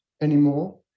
anymore